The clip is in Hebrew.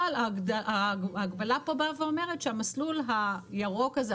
ההגבלה כאן אומרת שהמסלול הירוק הזה,